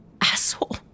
asshole